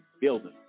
building